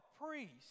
priest